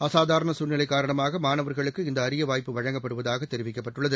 அசாதாரணசூழ்நிலைகாரணமாகமாணவர்களுக்கு இந்தஅரியவாய்ப்பு வழங்கப்படுவதாகதெரிவிக்கப்பட்டுள்ளது